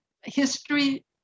history